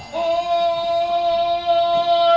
oh